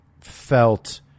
felt